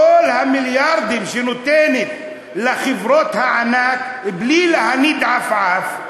כל המיליארדים שהיא נותנת לחברות הענק בלי להניד עפעף,